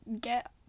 get